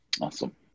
Awesome